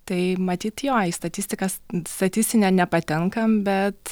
tai matyt jo į statistikas statistinę nepatenkam bet